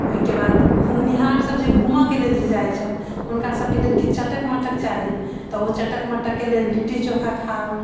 ओहिके बाद घुमनिहार सभ जे घुमऽ के लेल जे जाइ छथि हुनका सभके लेल किछु चटक मटक चाही तऽ ओ चटक मटक के लेल चाही लिट्टी चोखा खाउ